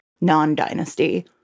non-dynasty